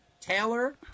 Taylor